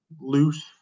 loose